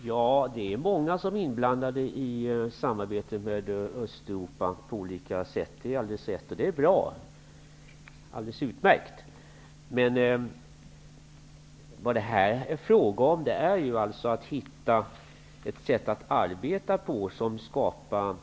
Herr talman! Det är många som är inblandade i samarbetet med Östeuropa på olika sätt. Det är alldeles rätt, och det är bra. Det är alldeles utmärkt. Men här är det fråga om att hitta ett sätt att arbeta på som skapar